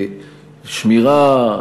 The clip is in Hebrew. שמירה,